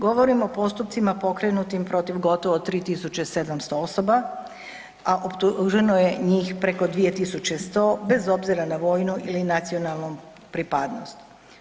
Govorim o postupcima pokrenutim protiv gotovo 3700 osoba a optuženo je njih preko 2100 bez obzira na vojnu ili nacionalnu pripadnost.